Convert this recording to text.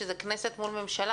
שזה כנסת מול ממשלה,